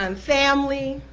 um family,